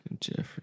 Jeffrey